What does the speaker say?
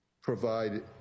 provide